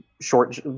short